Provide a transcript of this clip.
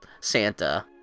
Santa